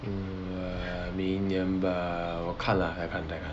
mm 明年 bah 我看 lah 再看再看